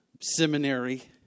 seminary